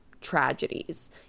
tragedies